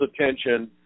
attention